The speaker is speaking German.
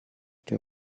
der